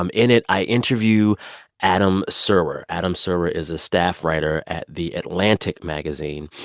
um in it, i interview adam serwer. adam serwer is a staff writer at the atlantic magazine.